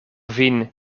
vin